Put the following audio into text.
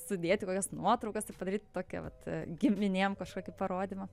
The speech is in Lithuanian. sudėti kokias nuotraukas ir padaryt tokią vat giminėm kažkokį parodymą